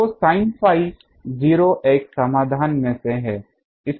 तो sin phi 0 एक समाधान में से है